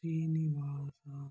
Srinivasa